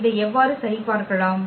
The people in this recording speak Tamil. இதை எவ்வாறு சரிபார்க்கலாம்